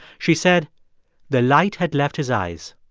she said the light had left his eyes,